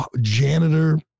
janitor